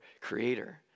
creator